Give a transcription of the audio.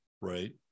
right